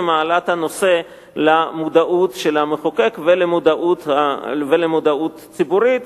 העלאת הנושא למודעות של המחוקק ולמודעות הציבורית.